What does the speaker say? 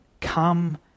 come